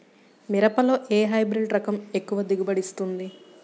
మిరపలో ఏ హైబ్రిడ్ రకం ఎక్కువ దిగుబడిని ఇస్తుంది?